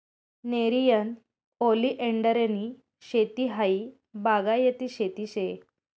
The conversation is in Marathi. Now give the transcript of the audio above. नेरियन ओलीएंडरनी शेती हायी बागायती शेती शे